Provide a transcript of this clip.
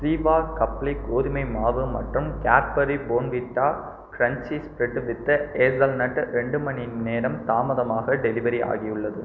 ஜீவா கப்லி கோதுமை மாவு மற்றும் Cadbury Bournvita crunchy spread with hazelnut ரெண்டு மணிநேரம் தாமதமாக டெலிவரி ஆகியுள்ளது